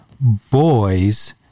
boys